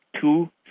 two